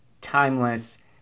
Timeless